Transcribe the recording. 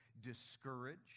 discouraged